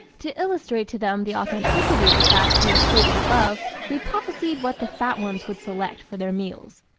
to illustrate to them the authenticity of the facts we have stated above we prophesied what the fat ones would select for their meals.